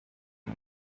and